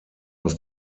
aus